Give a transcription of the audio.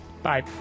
Bye